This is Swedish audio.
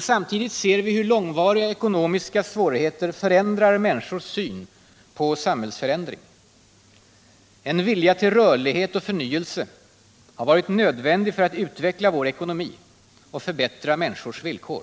Samtidigt ser vi hur långvariga ekonomiska svårigheter förändrar människors syn på samhällsförändring. En vilja till rörlighet och förnyelse har varit nödvändig för att utveckla vår ekonomi och förbättra människors villkor.